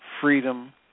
freedom